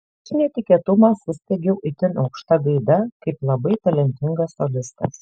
iš netikėtumo suspiegiau itin aukšta gaida kaip labai talentingas solistas